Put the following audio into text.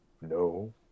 no